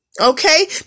Okay